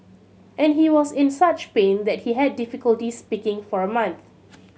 and he was in such pain that he had difficulty speaking for a month